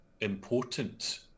important